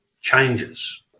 changes